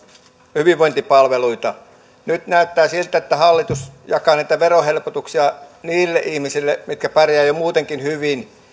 hyvinvointipalveluita nyt näyttää siltä että hallitus jakaa verohelpotuksia niille ihmisille jotka pärjäävät jo muutenkin hyvin